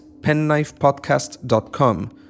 penknifepodcast.com